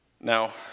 Now